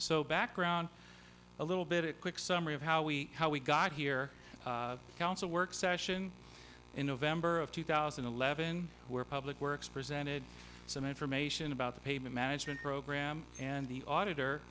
so background a little bit quick summary of how we how we got here council work session in november of two thousand and eleven where public works presented some information about the payment management program and the